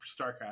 starcraft